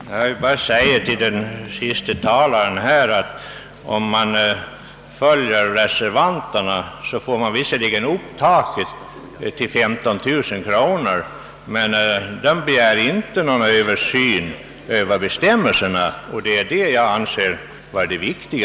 Herr talman! Jag vill bara säga till den senaste talaren här, att om man bifaller reservanternas förslag får man visserligen upp taket till 15 000 kronor, men de begär inte någon översyn av bestämmelserna, och det är det som jag anser vara det viktiga.